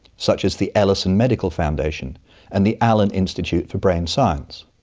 such as the ellison medical foundation and the allen institute for brain science.